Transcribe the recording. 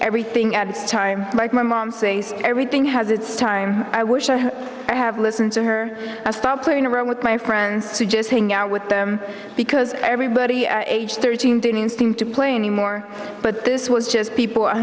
everything at a time like my mom ses everything has it's time i wish i have listened to her i stopped playing around with my friends to just hang out with them because everybody at age thirteen didn't seem to play anymore but this was just people